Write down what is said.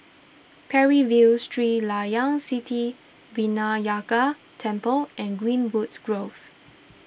Parry View Sri Layan Sithi Vinayagar Temple and Greenwoods Grove